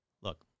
Look